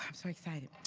um so excited,